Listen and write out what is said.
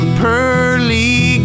pearly